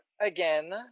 again